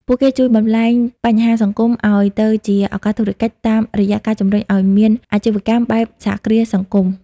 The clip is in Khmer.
ពួកគេជួយបំប្លែង "បញ្ហាសង្គម" ឱ្យទៅជា "ឱកាសធុរកិច្ច" តាមរយៈការជម្រុញឱ្យមានអាជីវកម្មបែបសហគ្រាសសង្គម។